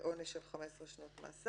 יש עליהן עונש של 15 שנות מאסר.